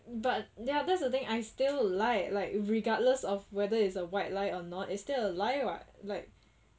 ya that's the thing I still lie like regardless of whether it's a white lie or not it's still a lie what like